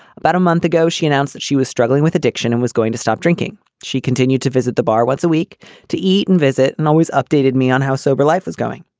about a month ago, she announced that she was struggling with addiction and was going to stop drinking. she continued to visit the bar once a week to eat and visit and always updated me on how sober life was going.